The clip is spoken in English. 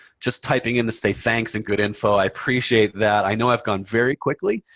just typing in to say thanks and good info. i appreciate that. i know i've gone very quickly.